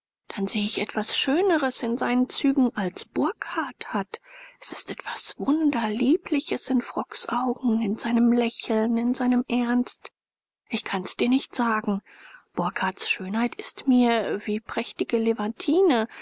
dann sehe ich etwas schöneres in seinen zügen als burkhardt hat es ist etwas wunderliebliches in frocks augen in seinem lächeln in seinem ernst ich kann's dir nicht sagen burkhardts schönheit ist mir wie prächtige